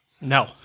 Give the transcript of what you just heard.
No